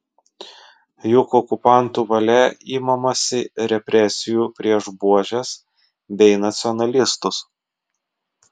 juk okupantų valia imamasi represijų prieš buožes bei nacionalistus